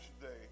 today